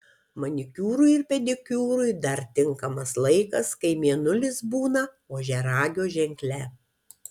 manikiūrui ir pedikiūrui dar tinkamas laikas kai mėnulis būna ožiaragio ženkle